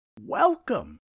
Welcome